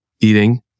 eating